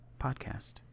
podcast